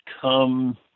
come